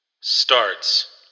Starts